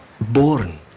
Born